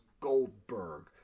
Goldberg